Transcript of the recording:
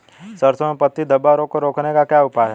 सरसों में पत्ती धब्बा रोग को रोकने का क्या उपाय है?